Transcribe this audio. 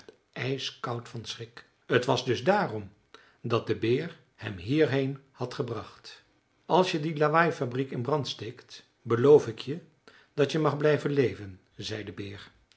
ijskoud van schrik t was dus daarom dat de beer hem hierheen had gebracht als je die lawaaifabriek in brand steekt beloof ik je dat je mag blijven leven zei de beer